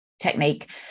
technique